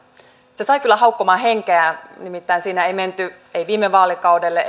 se sai kyllä haukkomaan henkeä nimittäin siinä ei menty viime vaalikaudelle